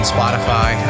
Spotify